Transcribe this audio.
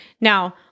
Now